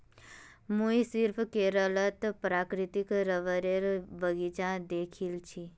मुई सिर्फ केरलत प्राकृतिक रबरेर बगीचा दखिल छि